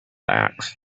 acts